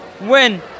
win